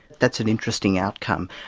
that's an interesting outcome.